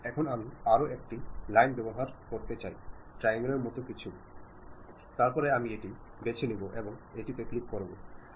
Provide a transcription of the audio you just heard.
এখন আমি আরও একটি লাইন ব্যবহার করতে চাই ট্রায়াঙ্গল এর মতো কিছু যোগ করার জন্য তারপরে আমি এটি বেছে নেব এবং এটিতে ক্লিক করব